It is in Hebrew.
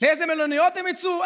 לאיזו מלוניות הם יצאו?